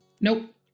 Nope